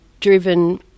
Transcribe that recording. driven